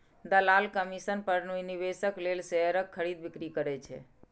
दलाल कमीशन पर निवेशक लेल शेयरक खरीद, बिक्री करै छै